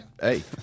Hey